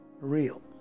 real